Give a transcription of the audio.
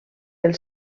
els